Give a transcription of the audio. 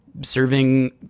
serving